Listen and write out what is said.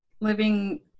living